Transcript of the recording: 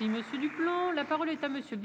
Il me suis du plan, la parole est à monsieur